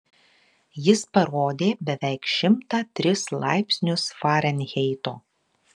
jis parodė beveik šimtą tris laipsnius farenheito